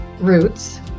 Roots